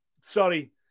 sorry